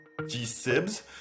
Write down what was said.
GSIBs